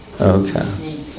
Okay